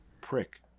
prick